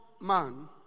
man